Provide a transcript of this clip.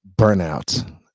burnout